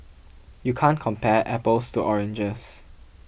you can't compare apples to oranges